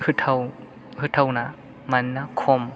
होथावना मानोना खम